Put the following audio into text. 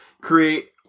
create